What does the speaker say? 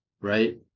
right